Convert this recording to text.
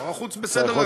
שר החוץ בסדר.